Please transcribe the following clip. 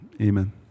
amen